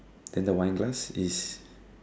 then the wine glass is